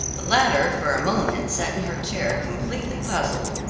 the latter for a moment sat in her chair completely puzzled.